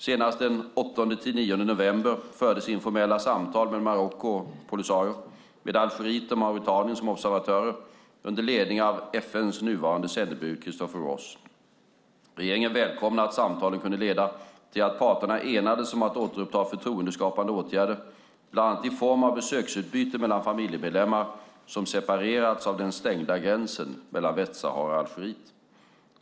Senast den 8-9 november fördes informella samtal mellan Marocko och Polisario, med Algeriet och Mauretanien som observatörer, under ledning av FN:s nuvarande sändebud Christopher Ross. Regeringen välkomnar att samtalen kunde leda till att parterna enades om att återuppta förtroendeskapande åtgärder bland annat i form av besöksutbyten mellan familjemedlemmar som separerats av den stängda gränsen mellan Västsahara och Algeriet.